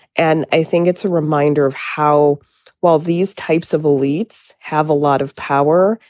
and i think it's a reminder of how well these types of elites have a lot of power.